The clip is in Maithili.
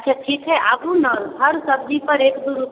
अच्छा ठीक हइ आबू ने हर सब्जीपर एक दुइ रुपैआ